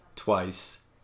Twice